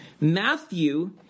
Matthew